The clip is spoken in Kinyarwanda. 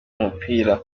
umupira